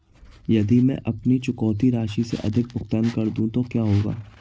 यदि मैं अपनी चुकौती राशि से अधिक भुगतान कर दूं तो क्या होगा?